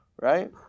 right